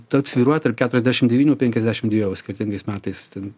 tarp svyruoja tarp keturiasdešim devynių penkiasdešim dviejų skirtingais metais ten